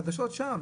חשדות שווא.